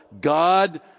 God